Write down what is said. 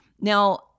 Now